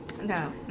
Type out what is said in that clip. no